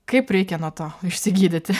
kaip reikia nuo to išsigydyti